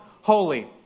holy